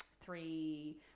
three